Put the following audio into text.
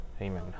amen